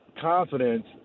confidence